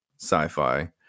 sci-fi